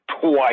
Twice